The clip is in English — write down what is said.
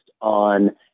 on